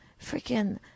freaking